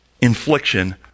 infliction